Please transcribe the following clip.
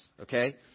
okay